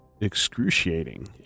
excruciating